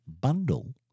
bundle